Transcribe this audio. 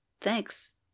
thanks